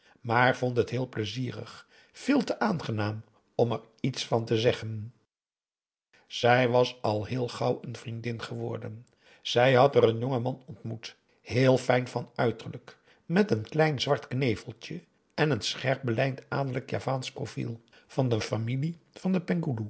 maar vond het heel pleizierig veel te aangenaam om er iets van te zeggen zij was al heel gauw een vriendin geworden zij had er een jongen man ontmoet heel fijn van uiterlijk met een klein zwart kneveltje en een scherp belijnd adellijk javaansch profiel van de familie van den